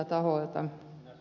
lukuun ottamatta ed